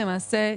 למעשה,